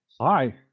Hi